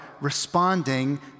responding